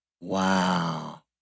Wow